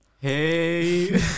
hey